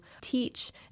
teach